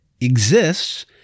exists